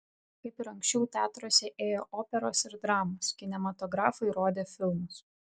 kaip ir anksčiau teatruose ėjo operos ir dramos kinematografai rodė filmus